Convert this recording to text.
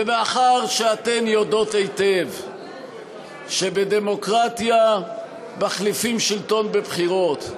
מאחר שאתן יודעות היטב שבדמוקרטיה מחליפים שלטון בבחירות,